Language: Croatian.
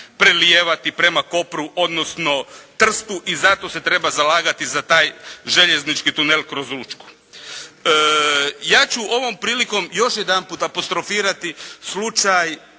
prelijevati prema Kopru odnosno Trstu i zato se treba zalagati za taj željeznički tunel kroz Učku. Ja ću ovom prilikom još jedanput apostrofirati slučaj